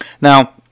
Now